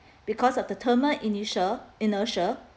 because of the thermal initial inertia